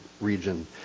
region